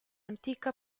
antica